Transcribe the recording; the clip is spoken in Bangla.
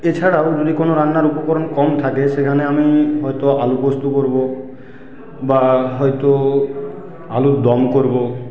এছাড়াও যদি কোনো রান্নার উপকরণ কম থাকে সেখানে আমি হয়তো আলু পোস্ত করবো বা হয়তো আলুর দম করবো